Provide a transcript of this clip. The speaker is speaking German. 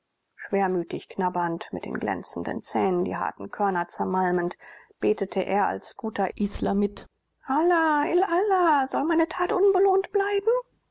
schwermütig knabbernd mit den glänzenden zähnen die harten körner zermalmend betete er als guter islamit allah il allah soll meine tat unbelohnt bleiben